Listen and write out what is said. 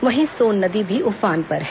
वहीं सोन नदी भी उफान पर है